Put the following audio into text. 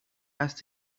asked